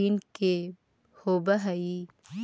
दिन के होवऽ हइ